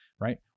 right